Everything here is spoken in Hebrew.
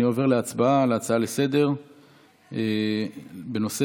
אני עובר להצבעה על ההצעה לסדר-היום בנושא